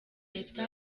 leta